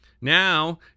Now